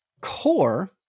core